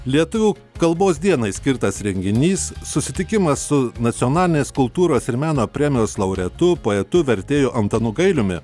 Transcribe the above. lietuvių kalbos dienai skirtas renginys susitikimas su nacionalinės kultūros ir meno premijos laureatu poetu vertėju antanu gailiumi